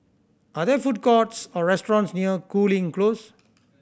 are there food courts or restaurants near Cooling Close